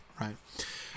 right